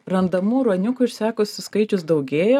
randamų ruoniukų išsekusių skaičius daugėja